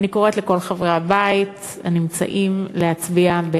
אני קוראת לכל חברי הבית הנמצאים להצביע בעד.